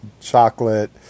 Chocolate